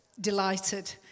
delighted